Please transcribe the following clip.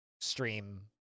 stream